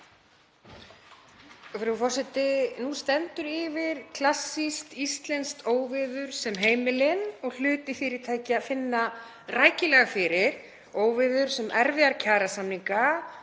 Nú stendur yfir klassískt íslenskt óveður sem heimilin og hluti fyrirtækja finna rækilega fyrir, óveður sem erfiðar kjarasamninga.